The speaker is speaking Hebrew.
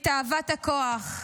מתאוות הכוח,